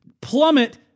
plummet